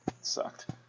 sucked